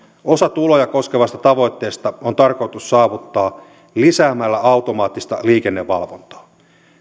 osa tuloja koskevasta tavoitteesta on tarkoitus saavuttaa lisäämällä automaattista liikennevalvontaa